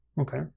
Okay